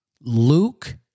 Luke